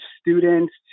students